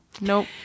Nope